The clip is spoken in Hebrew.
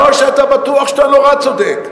גם כאשר אתה בטוח שאתה נורא צודק.